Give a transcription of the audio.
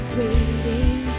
waiting